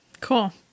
Cool